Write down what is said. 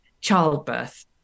childbirth